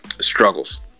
struggles